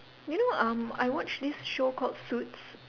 you know um I watch this show called suits